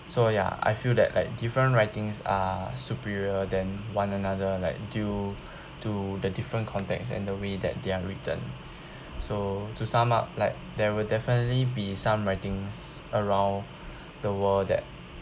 so ya I feel that like different writings are superior than one another like due to the different contexts and the way that their written so to sum up like there will definitely be some writings around the world that